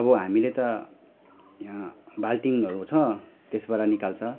अब हामीले त बाल्टिङहरू छ त्यसबाट निकाल्छौँ